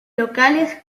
locales